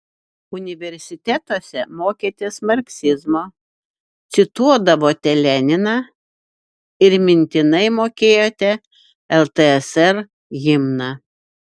universitetuose mokėtės marksizmo cituodavote leniną ir mintinai mokėjote ltsr himną